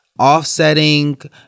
Offsetting